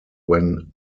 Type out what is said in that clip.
when